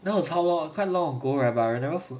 now is how long quite long ago right but I never follow